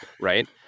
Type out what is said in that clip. right